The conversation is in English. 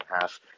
half